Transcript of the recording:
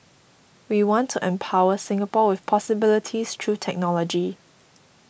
we want to empower Singapore with possibilities through technology